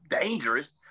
dangerous